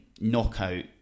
knockout